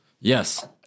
Yes